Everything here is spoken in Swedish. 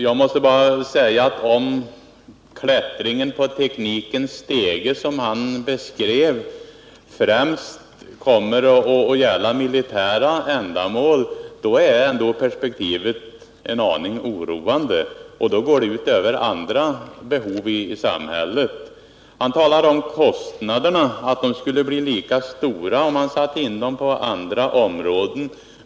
Jag skall bara säga att om klättringen på teknikens stege som han beskrev främst kommer att gälla militära ändamål, så är ändå perspektivet en aning oroande, och då går det ut över andra behov i samhället. Hans Lindblad talar om att kostnaderna skulle bli lika stora, om man satte in resurserna på andra områden.